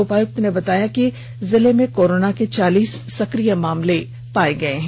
उपायुक्त ने बताया कि जिले में कोरोना के चालीस सकिय मामले दर्ज हैं